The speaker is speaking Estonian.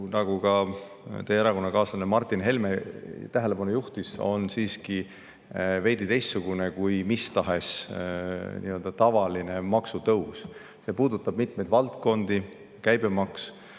nagu ka teie erakonnakaaslane Martin Helme tähelepanu on juhtinud, on siiski veidi teistsugune kui mis tahes tavaline maksutõus. See puudutab mitmeid valdkondi: käibemaks,